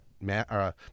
Matt